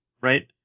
right